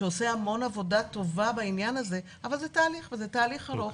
שעושה המון עבודה טובה בעניין הזה אבל זה תהליך וזה תהליך ארוך.